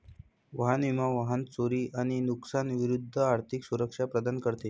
वाहन विमा वाहन चोरी आणि नुकसानी विरूद्ध आर्थिक सुरक्षा प्रदान करते